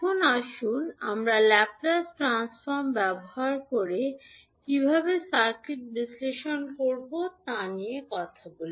এখন আসুন আমরা ল্যাপ্লেস ট্রান্সফর্ম ব্যবহার করে কীভাবে সার্কিট বিশ্লেষণ করব তা নিয়ে কথা বলি